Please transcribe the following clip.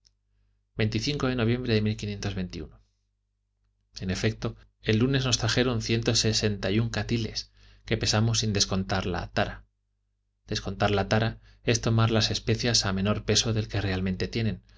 en efecto el lunes nos trajeron ciento sesenta y un cathiles que pesamos sin descontar la tara descontar la tara es tomar las especias a menos peso del que realmente tienen